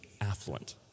affluent